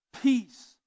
peace